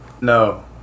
No